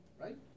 right